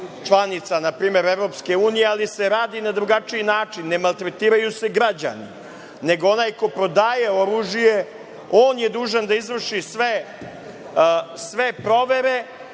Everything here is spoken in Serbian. članica, na primer, EU ali se radi na drugačiji način, ne maltretiraju se građani nego onaj ko prodaje oružje, on je dužan da izvrši sve provere